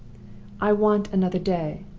i want another day,